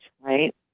right